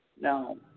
No